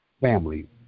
family